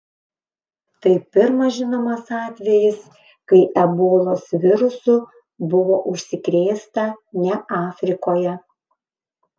tai pirmas žinomas atvejis kai ebolos virusu buvo užsikrėsta ne afrikoje